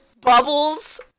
bubbles